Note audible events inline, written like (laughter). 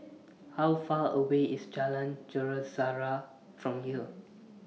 (noise) How Far away IS Jalan Sejarah from here